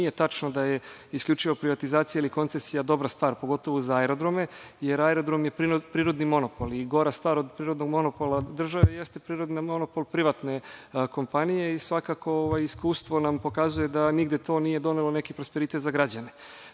nije tačno da je isključivo privatizacija ili koncesija dobra stvar, pogotovu za aerodrome, jer aerodrom je prirodni monopol i gora stvar od prirodnog monopola države jeste prirodni monopol privatne kompanije i svakako, iskustvo nam pokazuje da nigde to nije donelo neki prosperitet za građane.S